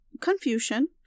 Confucian